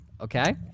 Okay